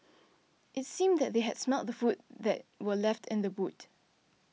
it seemed that they had smelt the food that were left in the boot